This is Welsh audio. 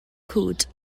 cwd